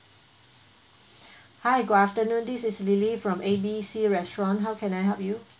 hi good afternoon this is lily from A B C restaurant how can I help you